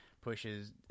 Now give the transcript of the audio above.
pushes